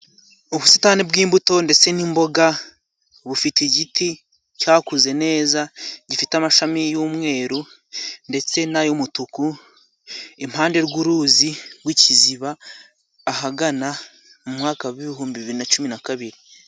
Ubusitani bw'imbuto ndetse n'imboga bufite igiti cyakuze neza, gifite amashami y'umweru ndetse n'ay'umutuku, impande rw'uruzi rw'ikiziba, ahagana mu mwaka w'ibihumbi bibiri na cumi na kabiri.